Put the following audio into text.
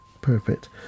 perfect